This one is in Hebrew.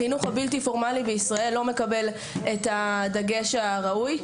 החינוך הבלתי פורמלי בישראל לא מקבל את הדגש הראוי,